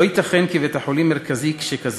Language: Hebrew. לא ייתכן כי בית-חולים מרכזי שכזה,